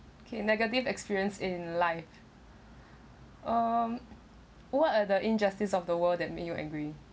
okay negative experience in life um what are the injustice of the world that made you angry